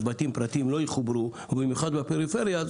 בתים פרטיים לא יחוברו ובמיוחד בפריפריה,